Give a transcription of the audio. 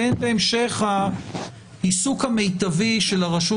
והן בהמשך העיסוק המיטבי של הרשות